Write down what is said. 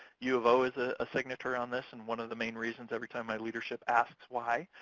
u of o is a ah signet around this, and one of the main reasons every time my leadership asks why,